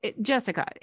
Jessica